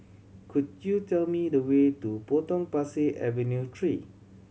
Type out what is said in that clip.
could you tell me the way to Potong Pasir Avenue Three